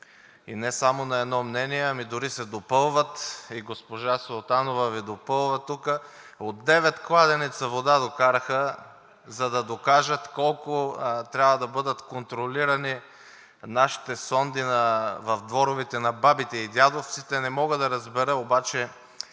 и не само на едно мнение, а дори се допълват. Госпожа Султанова Ви допълва и от девет кладенеца вода докараха, за да докажат колко трябва да бъдат контролирани нашите сонди в дворовете на бабите и дядовците, не мога да разбера обаче